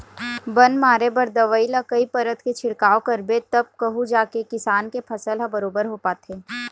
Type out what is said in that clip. बन मारे बर दवई ल कई परत के छिड़काव करबे तब कहूँ जाके किसान के फसल ह बरोबर हो पाथे